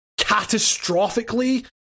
catastrophically